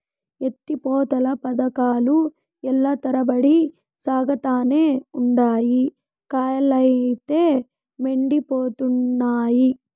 ఎత్తి పోతల పదకాలు ఏల్ల తరబడి సాగతానే ఉండాయి, కయ్యలైతే యెండిపోతున్నయి